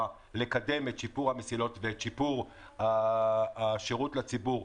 לקדם את שיפור המסילות ואת שיפור השירות לציבור,